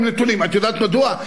הם נתונים, את יודעת מדוע?